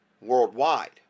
Worldwide